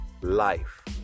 life